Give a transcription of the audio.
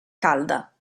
calda